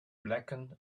blackened